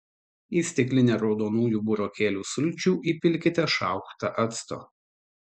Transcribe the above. į stiklinę raudonųjų burokėlių sulčių įpilkite šaukštą acto